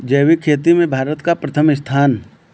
जैविक खेती में भारत का प्रथम स्थान